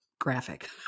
graphic